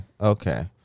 okay